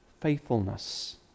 faithfulness